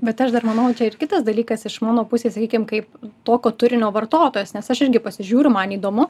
bet aš dar manau čia ir kitas dalykas iš mano pusės sakykim kaip tokio turinio vartotojas nes aš irgi pasižiūriu man įdomu